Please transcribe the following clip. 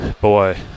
Boy